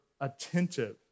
attentive